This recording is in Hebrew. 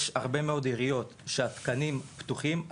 יש הרבה מאוד עיריות שהתקנים פתוחים אבל